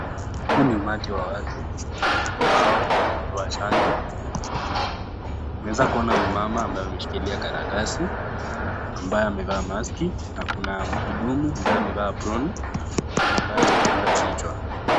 Huu ni umawati wa watu, ambao wanapewa chanjo, naweza kuona mama ambaye ameshikilia karatasi ambaye amevaa maski, na kuna mhudumu ambaye amevaa aproni na ambaye afunga kichwa.